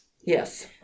Yes